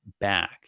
back